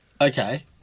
Okay